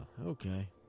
Okay